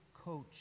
coach